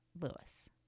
Lewis